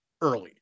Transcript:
early